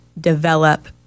develop